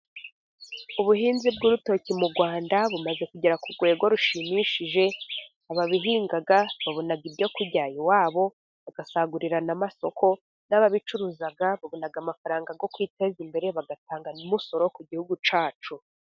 Ubuhinzi bw'urutoki mu Rwanda bumaze kugera ku rwego rushimishije, ababihinga babona ibyo kurya iwabo bagasagurira n'amasoko, n'ababicuruza babona amafaranga yo kwiteza imbere bagatanga n'umusoro ku gihugu cyacu.